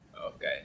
Okay